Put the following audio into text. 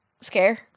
scare